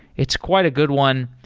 it's quite a good one.